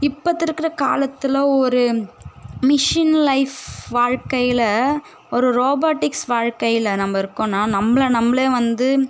இப்பத்து இருக்கிற காலத்தில் ஒரு மிஷின் லைஃப் வாழ்க்கையில் ஒரு ரோபோட்டிக்ஸ் வாழ்க்கையில் நம்ம இருக்கோம்னா நம்மள நம்மளே வந்து